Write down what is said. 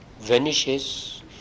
vanishes